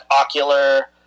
ocular